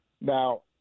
Now